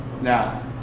Now